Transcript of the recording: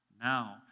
now